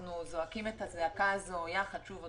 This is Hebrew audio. אנחנו זועקים את הזעקה הזו יחד, עוד